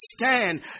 stand